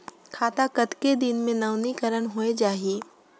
खाता कतेक दिन मे नवीनीकरण होए जाहि??